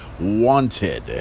wanted